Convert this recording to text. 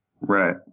Right